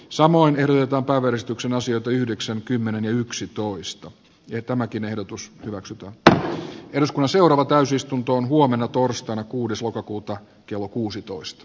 samoin kerrotaanpa väristyksen ansiota yhdeksän kymmenen yksitoista ja tämäkin ehdotus hyväksytty että josko seuraava täysistuntoon huomenna torstaina kuudes lokakuuta kello kuusitoista